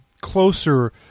Closer